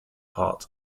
part